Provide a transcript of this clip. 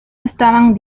estaban